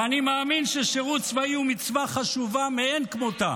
ואני מאמין ששירות צבאי הוא מצווה חשובה מאין כמותה.